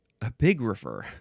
Epigrapher